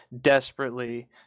desperately